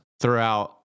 throughout